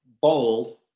bold